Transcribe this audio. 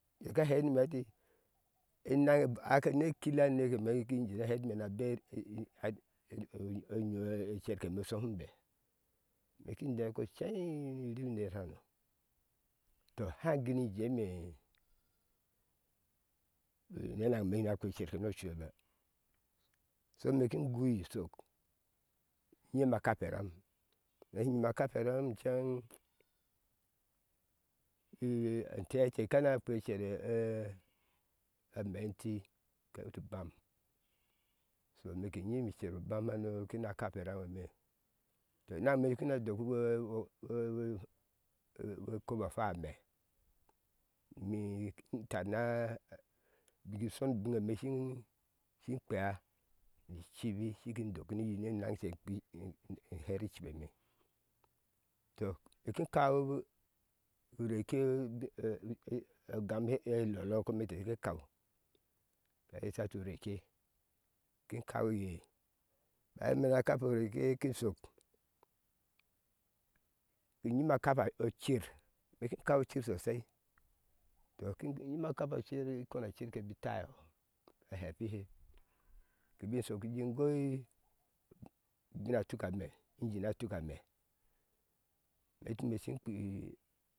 Yeka hɛni me ɛti enaŋ ake nekila aneke me ki hɛ ati me na bere onyoi cer kke me oshohumbe meki dee ko cei in ri uner hano tɔ haɲ guni jeme e nenaŋme na kp cerke no cuiba so me ki gui shok nyime akape ram meshi nyime a kape ram inceneŋ inteet kama kpi icer amai inti ka hetu bam to miki yimi cer obam hanokina kape rau eme to enaŋ me me kna doku wee o o o. kobo fwa ame ni tarna biki shonu biŋe me shi kpea ni cibi shikin dok ne naŋshe. kpi me hɛr icibi me tɔ inki kau ureke e e e ugam elolo a komente shi kau a yesha atu reke kikauiye naŋe kapo reke kin shok in nnyime kapa a cir ime kin kau ocir sosai tɔ kin me kapa cir ikona cirke bi tayɔ ahɛpihe kibi shki in goi ubina tuk ameinjina tuka mee meti me shi kpii